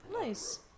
Nice